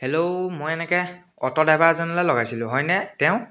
hello মই এনেকৈ auto driver এজনলৈ লগাইছিলোঁ হয়নে তেওঁ